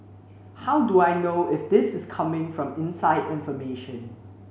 how do I know if this is coming from inside information